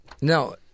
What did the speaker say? No